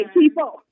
people